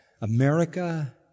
America